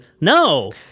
No